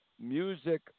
music